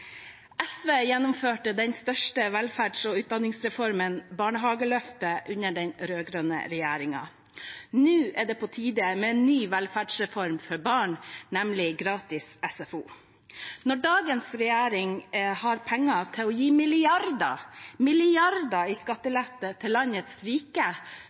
SV gjennomførte den største velferds- og utdanningsreformen, barnehageløftet, under den rød-grønne regjeringen. Nå er det på tide med en ny velferdsreform for barn, nemlig gratis SFO. Når dagens regjering har penger til å gi milliarder – milliarder – i skattelette til landets rike